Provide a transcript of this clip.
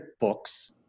books